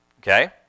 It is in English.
Okay